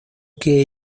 que